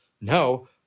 No